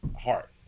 heart